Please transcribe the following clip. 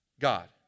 God